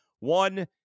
One